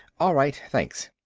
all right, thanks.